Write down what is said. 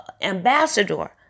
ambassador